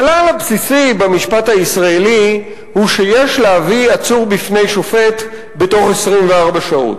הכלל הבסיסי במשפט הישראלי הוא שיש להביא עצור בפני שופט בתוך 24 שעות.